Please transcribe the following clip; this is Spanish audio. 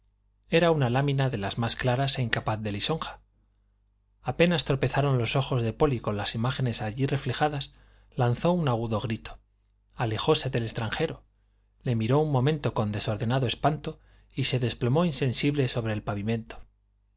era una lámina de las más claras e incapaz de lisonja apenas tropezaron los ojos de polly con las imágenes allí reflejadas lanzó un agudo grito alejóse del extranjero le miró un momento con desordenado espanto y se desplomó insensible sobre el pavimento